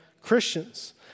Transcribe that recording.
Christians